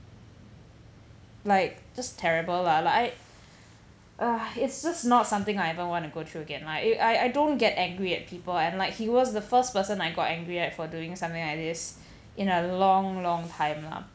like just terrible lah like I ah it's just not something I ever want to go through again lah I I don't get angry at people and like he was the first person I got angry at for doing something like this in a long long time lah